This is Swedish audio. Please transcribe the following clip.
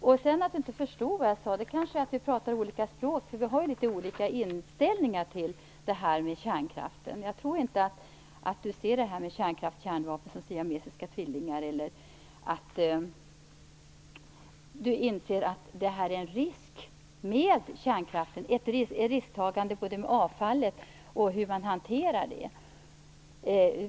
Att Mikael Odenberg inte förstod vad jag sade beror kanske på att vi talar olika språk. Vi har olika inställning till kärnkraften. Jag tror inte att han ser kärnkraft och kärnvapen som siamesiska tvillingar eller inser att hanteringen av kärnkraftsavfallet innebär ett risktagande.